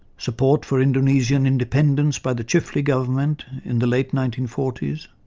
support for indonesian independence by the chifley government in the late nineteen forty s